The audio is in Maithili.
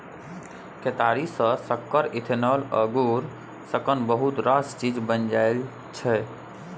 केतारी सँ सक्कर, इथेनॉल आ गुड़ सनक बहुत रास चीज बनाएल जाइ छै